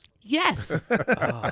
Yes